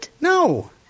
No